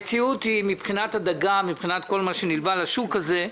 מבחינת הדגה וכל מה שנלווה לשוק הזה,